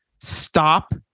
Stop